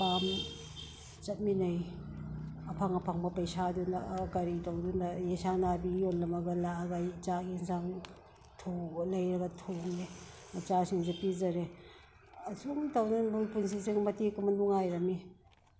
ꯄꯥꯝ ꯆꯠꯃꯤꯟꯅꯩ ꯑꯐꯪ ꯑꯐꯪꯕ ꯄꯩꯁꯥꯗꯨꯅ ꯀꯔꯤ ꯇꯧꯗꯨꯅ ꯌꯦꯟꯁꯥꯡ ꯅꯥꯄꯤ ꯌꯣꯜꯂꯝꯃꯒ ꯂꯥꯛꯑꯒ ꯆꯥꯛ ꯌꯦꯟꯁꯥꯡ ꯂꯩꯔꯒ ꯊꯣꯡꯉꯦ ꯃꯆꯥꯁꯤꯡꯁꯨ ꯄꯤꯖꯔꯦ ꯑꯁꯨꯝ ꯇꯧꯗꯅ ꯄꯨꯟꯁꯤꯁꯦ ꯃꯇꯦꯛ ꯑꯃ ꯅꯨꯡꯉꯥꯏꯔꯝꯃꯤ